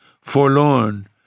Forlorn